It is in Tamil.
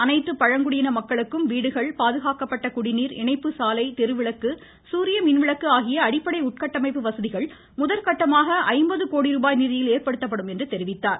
அனைத்து பழங்குடியின மக்களுக்கும் வீடுகள் பாதுகாக்கப்பட்ட குடிநீர் இணைப்புசாலை தெருவிளக்கு சூரிய மின்விளக்கு அடிப்படை உட்கட்டமைப்பு வசதிகள் கோடி ரூபாய் நிதியில் ஏற்படுத்தப்படும் என்றார்